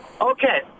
Okay